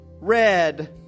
red